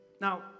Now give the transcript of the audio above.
Now